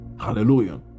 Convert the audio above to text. Hallelujah